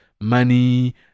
money